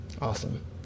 Awesome